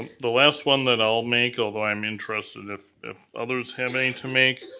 the last one that i'll make, although i'm interested if if others have any to make,